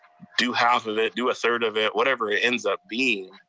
do half of it, do a third of it, whatever it ends up being,